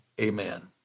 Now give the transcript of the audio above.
amen